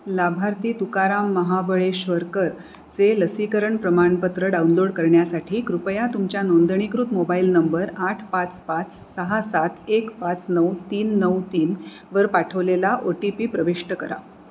लाभार्थी तुकाराम महाबळेश्वरकरचे लसीकरण प्रमाणपत्र डाउनलोड करण्यासाठी कृपया तुमच्या नोंदणीकृत मोबाईल नंबर आठ पाच पाच सहा सात एक पाच नऊ तीन नऊ तीन वर पाठवलेला ओ टी पी प्रविष्ट करा